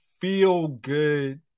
feel-good